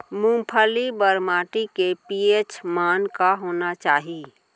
मूंगफली बर माटी के पी.एच मान का होना चाही?